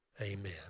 Amen